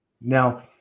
Now